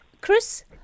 Chris